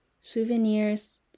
souvenirs